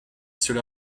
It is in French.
cela